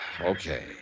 Okay